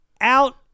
out